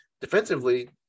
Defensively